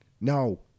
no